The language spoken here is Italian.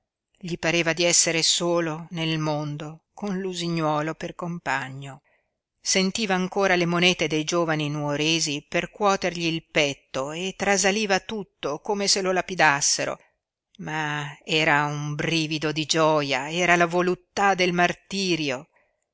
gli pareva di essere solo nel mondo con l'usignuolo per compagno sentiva ancora le monete dei giovani nuoresi percuotergli il petto e trasaliva tutto come se lo lapidassero ma era un brivido di gioia era la voluttà del martirio